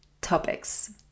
topics